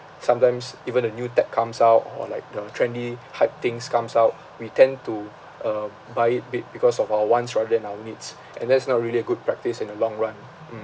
sometimes even a new tech comes out or like the trendy hype things comes out we tend to uh buy it be~ because of our wants rather than our needs and that's not really a good practice in the long run mm